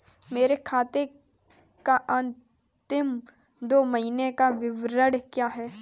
मेरे खाते का अंतिम दो महीने का विवरण क्या है?